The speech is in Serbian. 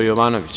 Jovanović.